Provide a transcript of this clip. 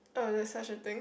oh there's such a thing